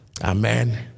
Amen